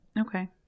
Okay